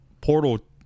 portal